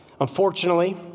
Unfortunately